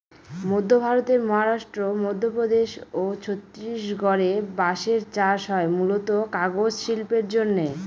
মধ্য ভারতের মহারাষ্ট্র, মধ্যপ্রদেশ ও ছত্তিশগড়ে বাঁশের চাষ হয় মূলতঃ কাগজ শিল্পের জন্যে